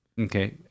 Okay